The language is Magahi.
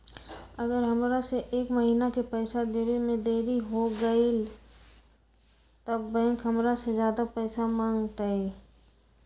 अगर हमरा से एक महीना के पैसा देवे में देरी होगलइ तब बैंक हमरा से ज्यादा पैसा मंगतइ?